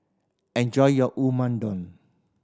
enjoy your Unadon